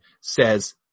says